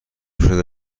شده